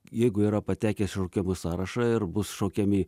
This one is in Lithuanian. jeigu yra patekęs į šaukiamųjų sąrašą ir bus šaukiami